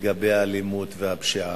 לגבי האלימות והפשיעה,